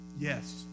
Yes